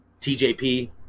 TJP